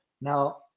Now